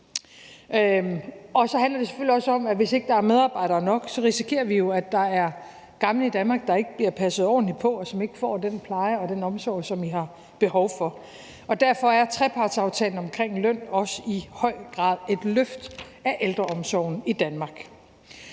Så handler det selvfølgelig også om, at hvis ikke der er medarbejdere nok, risikerer vi jo, at der er gamle i Danmark, der ikke bliver passet ordentligt på, og som ikke får den pleje og den omsorg, som I har behov for. Derfor er trepartsaftalen omkring løn også i høj grad et løft af ældreomsorgen i Danmark.